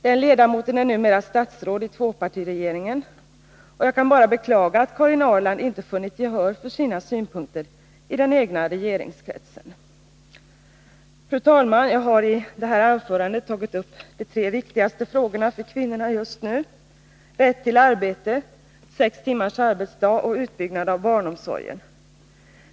Den ledamoten är numera statsråd i tvåpartiregeringen, och jag kan bara beklaga att Karin Ahrland inte funnit gehör för sina synpunkter i den egna regeringskretsen. Fru talman! Jag har i det här anförandet tagit upp de tre viktigaste frågorna för kvinnorna just nu — rätt till arbete, sex timmars arbetsdag och utbyggnad av barnomsorgen.